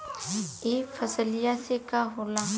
ई फसलिया से का होला?